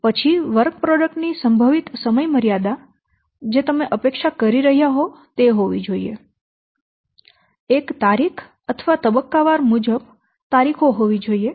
પછી work product ની સંભવિત સમયમર્યાદા જે તમે અપેક્ષા કરી રહ્યા હોવ તે હોવી જોઈએ એક તારીખ અથવા તબક્કાવાર મુજબ તારીખો હોવી જોઈએ